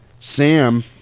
Sam